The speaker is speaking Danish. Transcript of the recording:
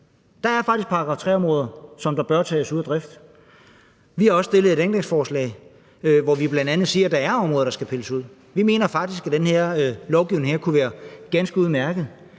Der er faktisk § 3-områder, som bør tages ud af drift. Vi har også stillet et ændringsforslag, hvor vi bl.a. siger, at der er områder, der skal pilles ud. Vi mener faktisk, at den her lovgivning kunne være ganske udmærket,